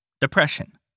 depression